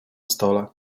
stole